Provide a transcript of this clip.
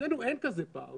אצלנו אין כזה פער